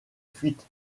fuite